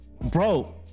Bro